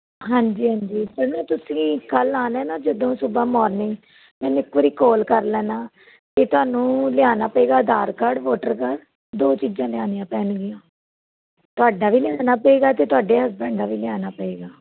ਹਾਂਜੀ ਹਾਂਜੀ ਪਰ ਨਾ ਤੁਸੀਂ ਕੱਲ੍ਹ ਆਉਣਾ ਨਾ ਜਦੋਂ ਸੁਬਹਾ ਮੋਰਨਿੰਗ ਮੈਨੂੰ ਇੱਕ ਵਾਰੀ ਕਾਲ ਕਰ ਲੈਣਾ ਅਤੇ ਤੁਹਾਨੂੰ ਲਿਆਉਣਾ ਪਵੇਗਾ ਆਧਾਰ ਕਾਰਡ ਵੋਟਰ ਕਾਰਡ ਦੋ ਚੀਜ਼ਾਂ ਲਿਆਉਣੀਆਂ ਪੈਣਗੀਆ ਤੁਹਾਡਾ ਵੀ ਲਿਆਉਣਾ ਪਵੇਗਾ ਅਤੇ ਤੁਹਾਡੇ ਹਸਬੈਂਡ ਦਾ ਵੀ ਲਿਆਉਣਾ ਪਵੇਗਾ